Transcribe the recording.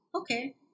okay